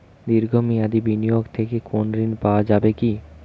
দীর্ঘ মেয়াদি বিনিয়োগ থেকে কোনো ঋন পাওয়া যাবে কী?